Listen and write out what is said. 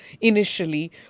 initially